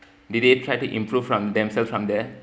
did they try to improve from themselves from there